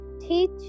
Teach